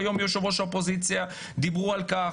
שהיום הוא יושב-ראש האופוזיציה דיברו על כך,